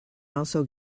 also